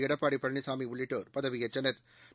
எடப்பாடி பழனிசாமி உள்ளிட்டோா் பதவியேற்றனா்